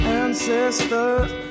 ancestors